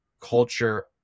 culture